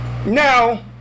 Now